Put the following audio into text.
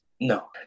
no